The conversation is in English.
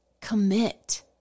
Commit